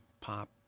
Pop